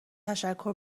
تشکر